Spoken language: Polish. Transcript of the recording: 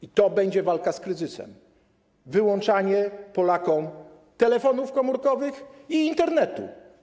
I to będzie walka z kryzysem: wyłączanie Polakom telefonów komórkowych i Internetu.